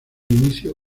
inicio